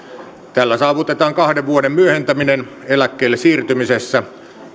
tällä saavutetaan kahden vuoden myöhentäminen eläkkeelle siirtymisessä